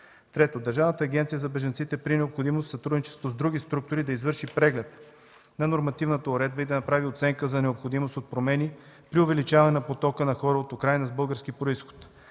Трето, Държавната агенция за бежанците, при необходимост от сътрудничество с други структури, да извърши преглед на нормативната уредба и да направи оценка за необходимостта от промени при увеличаване на потока на хора от Украйна с български произход.